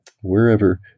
wherever